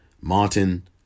martin